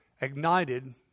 ignited